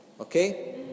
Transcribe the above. Okay